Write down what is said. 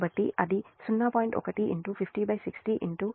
కాబట్టి అది 0